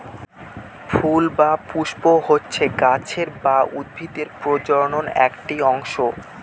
ফুল বা পুস্প হচ্ছে গাছের বা উদ্ভিদের প্রজনন একটি অংশ